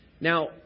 Now